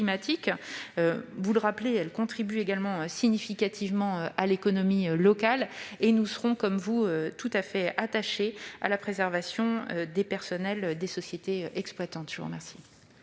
Vous l'avez rappelé, elle contribue également significativement à l'économie locale. Nous serons, comme vous, attachés à la préservation des personnels des sociétés exploitantes. La parole